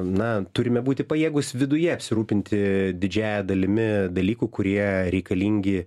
na turime būti pajėgūs viduje apsirūpinti didžiąja dalimi dalykų kurie reikalingi